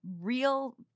real